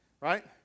Right